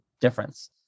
difference